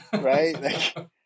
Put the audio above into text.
Right